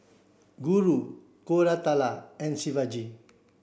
Guru Koratala and Shivaji